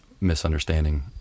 misunderstanding